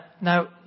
Now